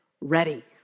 ready